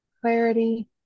Clarity